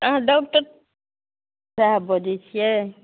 अहाँ डॉकटर साहेब बजै छिए